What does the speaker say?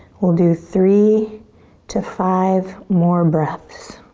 we'll do three to five more breaths.